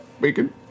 Bacon